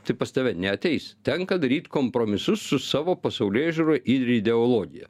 tai pas tave neateis tenka daryt kompromisus su savo pasaulėžiūroj ir ideologija